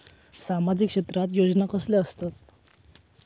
सामाजिक क्षेत्रात योजना कसले असतत?